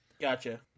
gotcha